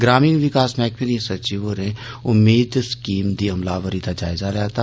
ग्रामीण विकास मैहकमे दियें सचिव होरें उम्मीद स्कीम दी अमलावरी दा जायजा लैता